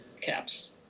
caps